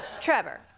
Trevor